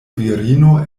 virino